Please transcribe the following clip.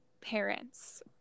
parents